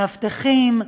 מאבטחים,